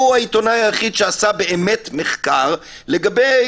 הוא העיתונאי היחיד שעשה באמת מחקר לגבי